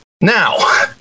Now